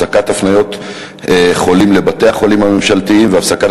הפסקת הפניות חולים לבתי-החולים הממשלתיים והפסקת